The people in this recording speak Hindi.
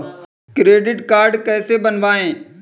क्रेडिट कार्ड कैसे बनवाएँ?